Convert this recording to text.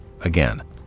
Again